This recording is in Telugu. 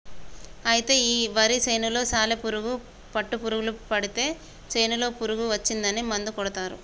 అయితే ఈ వరి చేనులో సాలి పురుగు పుట్టులు పడితే చేనులో పురుగు వచ్చిందని మందు కొడతారు